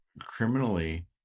criminally